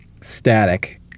static